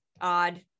odd